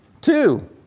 Two